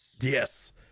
Yes